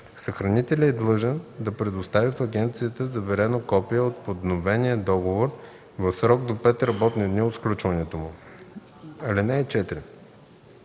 Съхранителят е длъжен да предостави в агенцията заверено копие от подновения договор в срок до 5 работни дни от сключването му. (4)